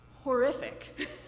horrific